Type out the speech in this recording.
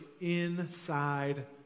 inside